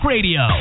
Radio